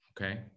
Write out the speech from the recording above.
okay